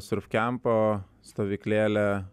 surfkempo stovyklėlė